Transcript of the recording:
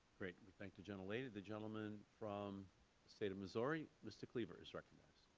great. we thank the gentlelady. the gentleman from the state of missouri, mr. cleaver, is recognized.